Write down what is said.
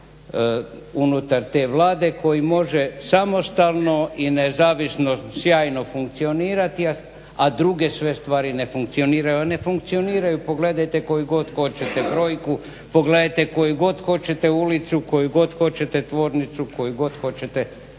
unutar te Vlade koji može samostalno i nezavisno sjajno funkcionirati, a druge sve stvari ne funkcioniraju. A ne funkcioniraju, pogledajte koju god hoćete brojku, pogledajte koju god hoćete ulicu, koju god hoćete tvornicu, koju god hoćete,